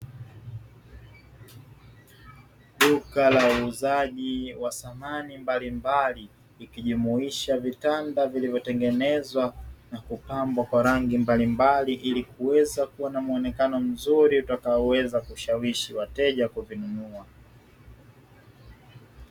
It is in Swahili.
Duka la uuzaji wa samani mbalimbali ikijumuisha vitanda vilivyotengenezwa na kupambwa kwa rangi mbalimbali, ili kuweza kuwa na muonekano mzuri utakaoweza kushawishi wateja kuvinunua.